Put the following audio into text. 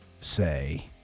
say